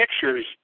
pictures